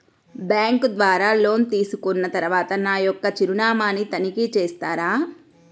Bank ద్వారా loan తీసుకున్న తరువాత నా యొక్క చిరునామాని తనిఖీ చేస్తారా?